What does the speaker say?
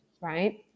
right